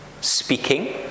speaking